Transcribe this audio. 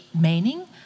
meaning